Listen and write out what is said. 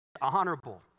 honorable